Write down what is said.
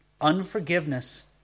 Unforgiveness